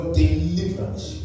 deliverance